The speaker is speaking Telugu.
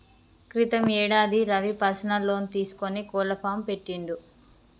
క్రితం యేడాది రవి పర్సనల్ లోన్ తీసుకొని కోళ్ల ఫాం పెట్టిండు